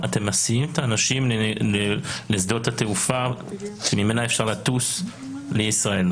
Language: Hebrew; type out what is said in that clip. אתם מסיעים את האנשים לשדות התעופה שמהם אפשר לטוס לישראל,